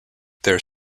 there